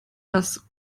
das